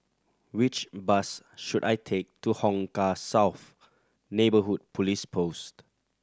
which bus should I take to Hong Kah South Neighbourhood Police Post